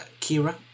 Kira